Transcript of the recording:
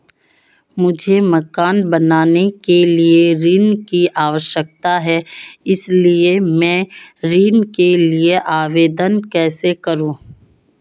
मुझे मकान बनाने के लिए ऋण की आवश्यकता है इसलिए मैं ऋण के लिए आवेदन कैसे करूं?